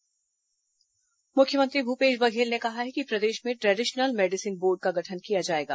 वैद्य सम्मेलन मुख्यमंत्री भूपेश बघेल ने कहा है कि प्रदेश में ट्रेडिशनल मेडिसिन बोर्ड का गठन किया जाएगा